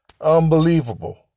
Unbelievable